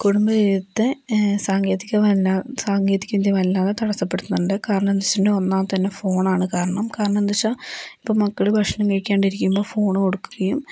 കുടുംബജീവിതത്തെ സാങ്കേതിക സാങ്കേതിക വിദ്യ വല്ലാതെ തടസപ്പെടുത്തുന്നുണ്ട് കരണമെന്നുവെച്ചിട്ടുണ്ടേൽ ഒന്നാമതു തന്നെ ഫോൺ ആണ് കാരണം കരണമെന്നുവെച്ച ഇപ്പൊൾ മക്കൾ ഭക്ഷണം കഴിക്കാണ്ട് ഇരിക്കുമ്പോൾ ഫോൺ കൊടുക്കുകയും